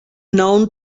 known